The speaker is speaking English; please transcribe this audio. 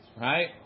right